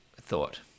thought